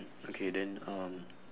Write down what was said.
okay then um